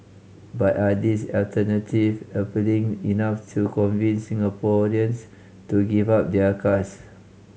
but are these alternative appealing enough to convince Singaporeans to give up their cars